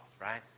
right